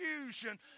confusion